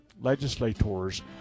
legislators